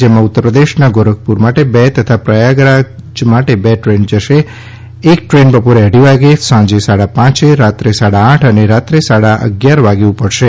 જેમાં ઉત્તરપ્રદેશના ગોરખપુર માટે બે તથા પ્રયાગરાજ માટે બે દ્રેન જશે એ દ્રેન આજે બપોરે અઢી વાગે સાંજે સાડા પાંચે રાત્રે સાડા આઠ અને રાત્રે સાડા અગિયાર વાગે ઉપડશે